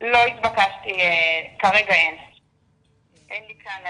כרגע אין לי כאן.